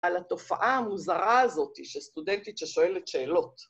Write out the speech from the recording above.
על התופעה המוזרה הזאת שסטודנטית ששואלת שאלות.